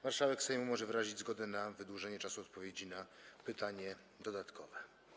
Marszałek Sejmu może wyrazić zgodę na wydłużenie czasu odpowiedzi na pytanie dodatkowe.